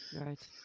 Right